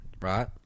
right